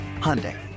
Hyundai